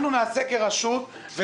אנחנו נעשה כרשות מקומית,